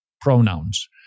pronouns